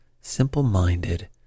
simple-minded